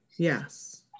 Yes